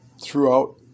throughout